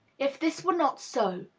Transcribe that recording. if this were not so,